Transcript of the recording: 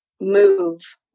move